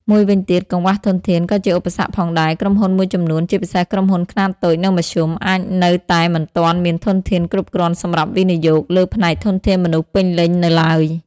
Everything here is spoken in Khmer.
មួយវិញទៀត កង្វះធនធាន ក៏ជាឧបសគ្គផងដែរ ក្រុមហ៊ុនមួយចំនួន ជាពិសេសក្រុមហ៊ុនខ្នាតតូច និងមធ្យម អាចនៅតែមិនទាន់មានធនធានគ្រប់គ្រាន់សម្រាប់វិនិយោគលើផ្នែកធនធានមនុស្សពេញលេញនៅឡើយ។